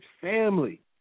family